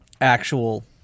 actual